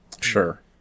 Sure